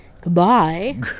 Goodbye